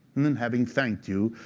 and then having thanked you,